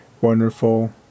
wonderful